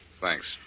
Thanks